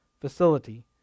facility